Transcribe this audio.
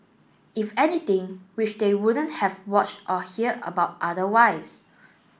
if anything which which they wouldn't have watched or heard about otherwise